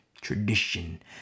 Tradition